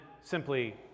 simply